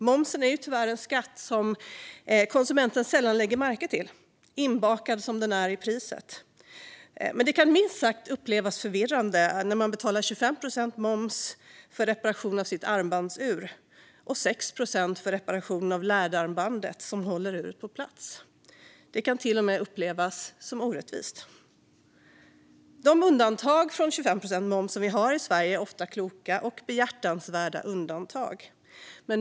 Momsen är en skatt som konsumenten tyvärr sällan lägger märke till, inbakad som den är i priset. Men det kan minst sagt upplevas som förvirrande att man ska betala 25 procent moms för reparationen av sitt armbandsur men 6 procent för reparationen av det läderarmband som håller uret på plats. Det kan till och med upplevas som orättvist. De undantag från 25 procent moms vi har i Sverige är ofta kloka och behjärtansvärda.